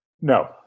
No